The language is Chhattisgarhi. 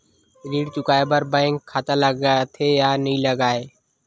ऋण चुकाए बार बैंक खाता लगथे या नहीं लगाए?